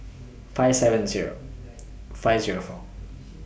five seven Zero five Zero four